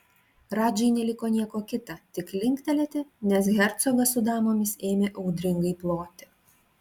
radžai neliko nieko kita tik linktelėti nes hercogas su damomis ėmė audringai ploti